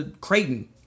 Creighton